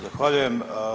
Zahvaljujem.